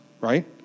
right